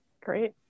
great